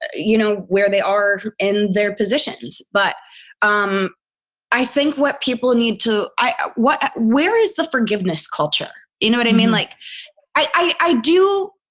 you know, where they are in their positions. but um i think what people need to, what, where is the forgiveness culture? you know what i mean? like i i do,